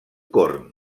corn